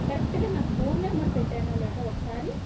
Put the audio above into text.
కరెక్ట్గా నా phone number పెట్టానా లేదా ఒకసారి